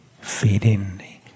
feeding